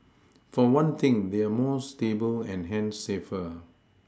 for one thing they are more stable and hence safer